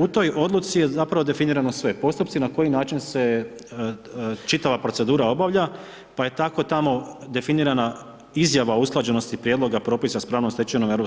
U toj odluci je zapravo definirano sve, postupci na koji način se čitava procedura obavlja pa je tako tamo definirana izjava o usklađenosti prijedloga propisa sa pravnom stečevinom EU